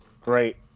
Great